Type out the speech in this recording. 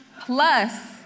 plus